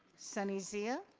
sunny zia?